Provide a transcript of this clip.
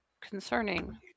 concerning